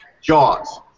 Jaws